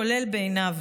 כולל עיניו.